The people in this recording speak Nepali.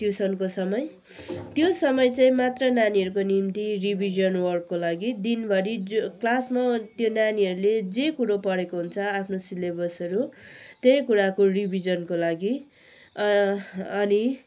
ट्युसनको समय त्यो समय चाहिँ मात्र नानीहरूको निम्ति रिभिजन वर्कको लागि दिनभरि जु क्लासमा त्यो नानीहरूले जे कुरो पढेको हुन्छ आफ्नो सिलेबसहरू त्यही कुराको रिभिजनको लागि अनि